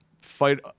fight